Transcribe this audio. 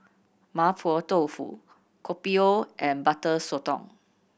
Mapo Tofu Kopi O and Butter Sotong